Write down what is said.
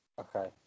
Okay